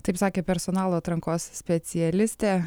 taip sakė personalo atrankos specialistė